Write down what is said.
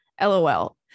LOL